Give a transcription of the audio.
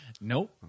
Nope